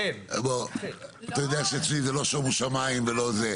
בוא, אתה יודע שאצלי זה לא שומו שמיים ולא זה.